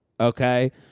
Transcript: okay